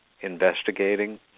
investigating